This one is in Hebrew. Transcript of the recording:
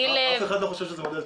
אף אחד לא חושב שזה מודל טוב.